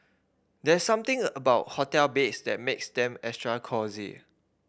there's something about hotel beds that makes them extra cosy